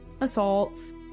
assaults